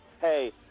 hey